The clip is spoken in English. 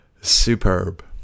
superb